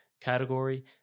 category